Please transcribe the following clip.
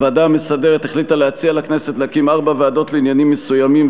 הוועדה המסדרת החליטה להציע לכנסת להקים ארבע ועדות לעניינים מסוימים,